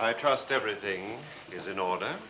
i trust everything is in order